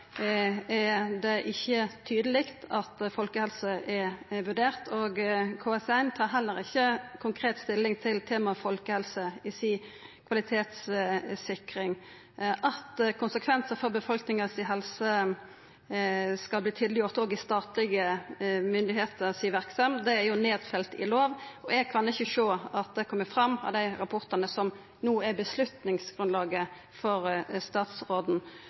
er det ikkje tydeleg at folkehelse er vurdert, og KS1 tar heller ikkje konkret stilling til temaet folkehelse i kvalitetssikringa si. At konsekvensar for helsa til befolkninga skal verte tydeleggjorde òg i verksemda til statlege myndigheiter, er jo nedfelt i lov, og eg kan ikkje sjå at det kjem fram av dei rapportane som no er avgjerdsgrunnlaget for statsråden.